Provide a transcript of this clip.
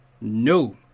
No